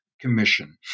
Commission